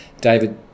David